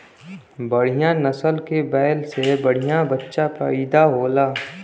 बढ़िया नसल के बैल से बढ़िया बच्चा पइदा होला